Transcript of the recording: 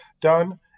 done